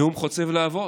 נאום חוצב להבות